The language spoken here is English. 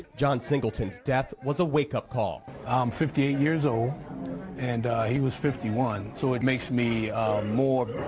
john singleton's death was a wake-up call. i'm fifty eight years old and he was fifty one. so it makes me more,